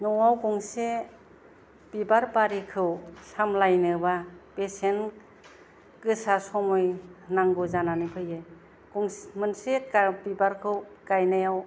न'आव गंसे बिबार बारिखौ सामलायनोबा बेसेन गोसा समय नांगौ जानानै फैयो मोनसे बिबारखौ गायनायाव